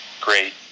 Great